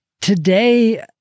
Today